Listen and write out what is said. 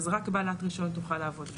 אז רק בעלת רישיון תוכל לעבוד בגן.